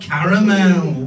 Caramel